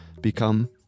become